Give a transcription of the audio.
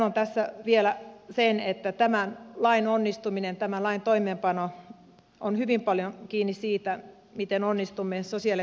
sanon tässä vielä sen että tämän lain onnistuminen tämän lain toimeenpano on hyvin paljon kiinni siitä miten onnistumme sosiaali ja terveydenhuollon järjestämislain säätämisessä